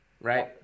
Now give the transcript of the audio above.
right